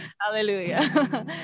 hallelujah